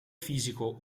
fisico